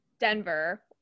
Denver